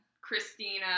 Christina